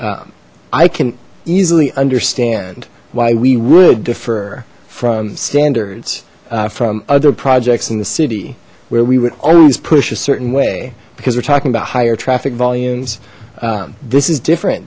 i can easily understand why we would defer from standards from other projects in the city where we would always push a certain way because we're talking about higher traffic volumes this is different